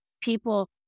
people